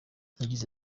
yagize